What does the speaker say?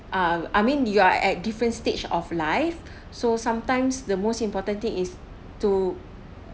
um I mean you are at different stage of life so sometimes the most important thing is to